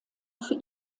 für